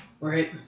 right